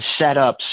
setups